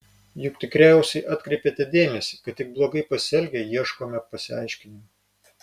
juk tikriausiai atkreipėte dėmesį kad tik blogai pasielgę ieškome pasiaiškinimų